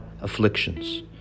afflictions